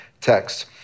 text